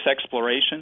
exploration